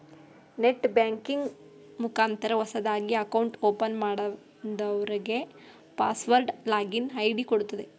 net banking ಮುಖಾಂತರ ಹೊಸದಾಗಿ account open ಮಾಡದವ್ರಗೆ ಪಾಸ್ವರ್ಡ್ ಲಾಗಿನ್ ಐ.ಡಿ ಕೊಡುತ್ತಾರೆ